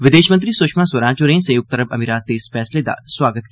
विदेश मंत्री सुषमा स्वराज होरें संयुक्त अरब अमिरात दे इस फैसले दा सुआगत कीता ऐ